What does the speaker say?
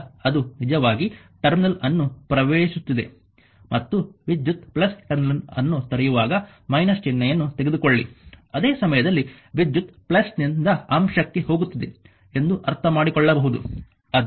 ಈಗ ಅದು ನಿಜವಾಗಿ ಟರ್ಮಿನಲ್ ಅನ್ನು ಪ್ರವೇಶಿಸುತ್ತಿದೆ ಮತ್ತು ವಿದ್ಯುತ್ ಟರ್ಮಿನಲ್ ಅನ್ನು ತೊರೆಯುವಾಗ − ಚಿಹ್ನೆಯನ್ನು ತೆಗೆದುಕೊಳ್ಳಿ ಅದೇ ಸಮಯದಲ್ಲಿ ವಿದ್ಯುತ್ ನಿಂದ ಅಂಶಕ್ಕೆ ಹೋಗುತ್ತಿದೆ ಎಂದು ಅರ್ಥಮಾಡಿಕೊಳ್ಳಬಹುದು